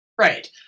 Right